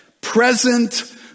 present